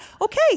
okay